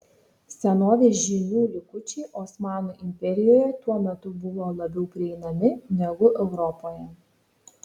senovės žinių likučiai osmanų imperijoje tuo metu buvo labiau prieinami negu europoje